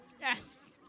Yes